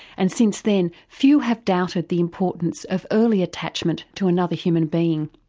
and since then, few have doubted the importance of early attachment to another human being.